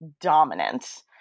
dominant